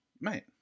Mate